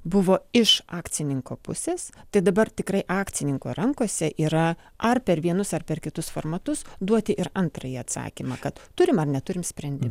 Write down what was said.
buvo iš akcininko pusės tai dabar tikrai akcininko rankose yra ar per vienus ar per kitus formatus duoti ir antrąjį atsakymą kad turim ar neturim sprendimą